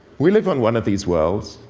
we live in one of these worlds,